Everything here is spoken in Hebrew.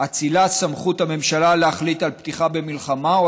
"אצילת סמכות הממשלה להחליט על פתיחה במלחמה או